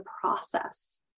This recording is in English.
process